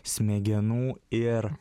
smegenų ir